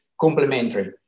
complementary